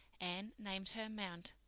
anne named her amount.